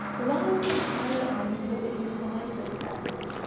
along with some other items that were inside her scrapbook,